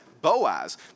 Boaz